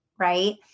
right